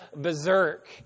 berserk